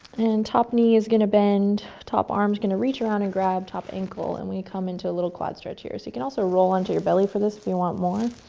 and top knee is going to bend, top arm's going to reach around and grab top ankle and we come into a little quad stretch, here. you can also roll onto your belly for this if you want more.